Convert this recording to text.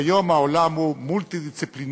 כיום העולם הוא מולטי-דיסציפלינרי,